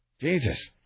Jesus